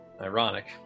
ironic